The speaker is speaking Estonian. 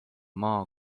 maa